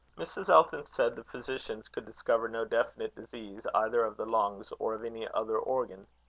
mrs. elton said the physicians could discover no definite disease either of the lungs or of any other organ.